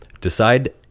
decide